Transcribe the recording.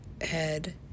head